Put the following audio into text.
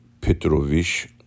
Petrovich